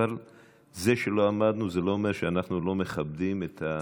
אבל זה שלא עמדנו זה לא אומר שאנחנו לא מכבדים את,